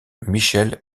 michel